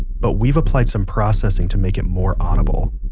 but we've applied some processing to make it more audible.